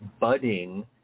budding